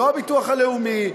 לא הביטוח הלאומי,